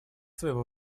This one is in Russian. своего